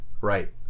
right